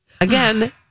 Again